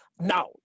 Now